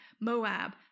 Moab